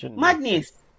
madness